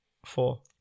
four